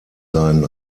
seinen